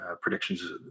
predictions